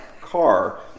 car